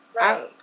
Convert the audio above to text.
Right